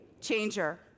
changer